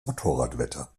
motorradwetter